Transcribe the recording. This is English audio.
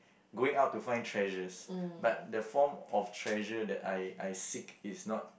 going out to find treasures but the form of treasure that I I seek is not